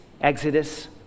Exodus